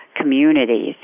communities